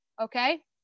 Okay